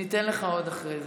ניתן לך עוד, אחרי זה.